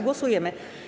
Głosujemy.